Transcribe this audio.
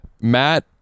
Matt